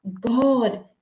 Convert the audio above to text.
God